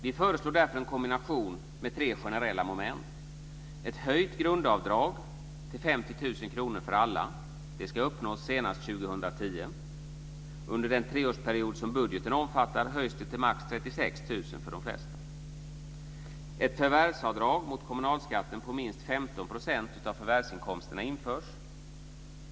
Vi föreslår därför en kombination med tre generella moment. · Ett förvärvsavdrag mot kommunalskatten på minst 15 % av förvärvsinkomsterna införs.